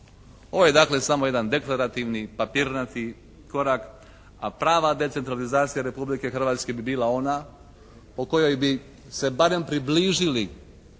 Ovo je dakle samo jedan deklarativni papirnati korak, a prava decentralizacija Republike Hrvatske bi bila ona po kojoj bi se barem približili